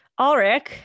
Ulrich